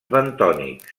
bentònics